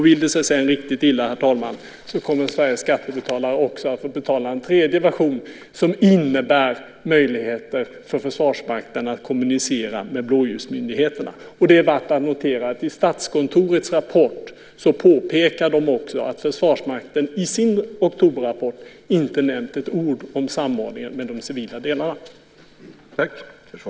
Vill det sig sedan riktigt illa, herr talman, kommer Sveriges skattebetalare också att få betala en tredje version, som innebär möjligheter för Försvarsmakten att kommunicera med blåljusmyndigheterna. Det är värt att notera att de i Statskontorets rapport också påpekar att Försvarsmakten i sin oktoberrapport inte nämner ett ord om samordningen med de civila delarna.